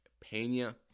Pena